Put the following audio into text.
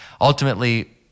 ultimately